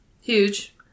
Huge